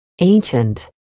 ancient